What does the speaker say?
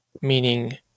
Meaning